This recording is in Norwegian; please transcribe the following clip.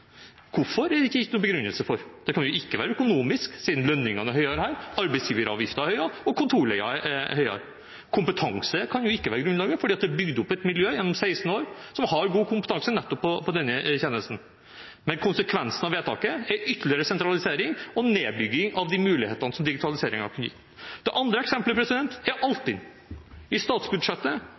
Hvorfor er det ikke gitt noen begrunnelse for. Det kan ikke være økonomisk, siden lønningene er høyere her, arbeidsgiveravgiften er høyere, og kontorleien er høyere. Kompetanse kan ikke være grunnlaget, for gjennom 16 år er det bygget opp et miljø som har god kompetanse nettopp på denne tjenesten. Konsekvensen av vedtaket er ytterligere sentralisering og nedbygging av de mulighetene som digitaliseringen kan gi. Det andre eksempelet er Altinn. I statsbudsjettet